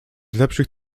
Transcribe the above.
lepszych